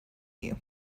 you